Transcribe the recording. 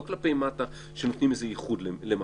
לא כלפי מטה שנותנים איזה ייחוד למשהו,